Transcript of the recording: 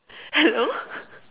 hello